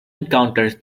encounters